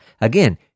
Again